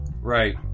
Right